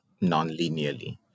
non-linearly